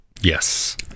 Yes